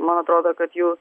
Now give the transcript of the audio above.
man atrodo kad jų